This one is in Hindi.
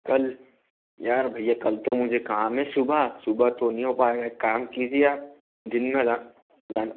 कल यार भैया कल तो मुझे काम है सुबह सुबह तो नहीं हो पाएगा एक काम कीजिए आप दिन में आ जाना